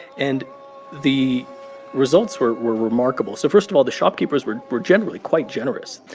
and the results were were remarkable. so first of all, the shopkeepers were were generally quite generous.